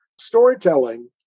Storytelling